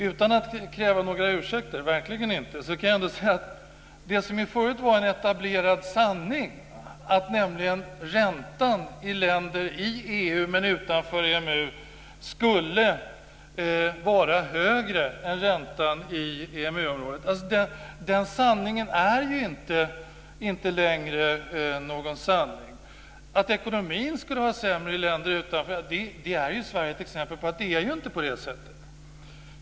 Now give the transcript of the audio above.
Utan att kräva några ursäkter, verkligen inte, kan jag säga att det som förut var en etablerad sanning, nämligen att räntan i länder i EU men utanför EMU skulle vara högre än räntan i EMU-området, är inte längre någon sanning. Att ekonomin skulle vara sämre i länder utanför - Sverige är ju ett exempel på att det inte är på det sättet.